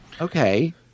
okay